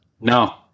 No